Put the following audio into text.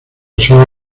suele